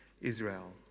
israel